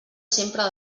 sempre